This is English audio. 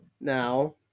now